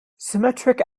symmetric